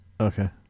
Okay